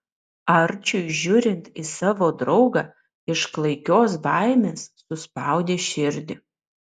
arčiui žiūrint į savo draugą iš klaikios baimės suspaudė širdį